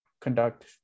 conduct